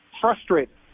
frustrated